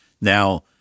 Now